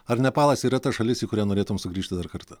ar nepalas yra ta šalis į kurią norėtum sugrįžti dar kartą